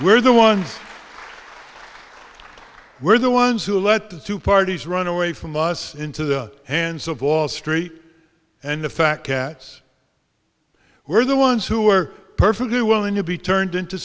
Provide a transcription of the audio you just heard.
we're the ones we're the ones who let the two parties run away from us into the hands of wall street and the fact cats were the ones who are perfectly willing to be turned into